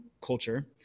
culture